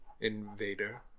invader